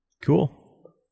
cool